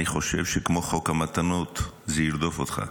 אני חושב שכמו חוק המתנות, זה ירדוף אותך.